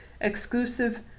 exclusive